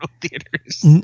theaters